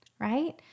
right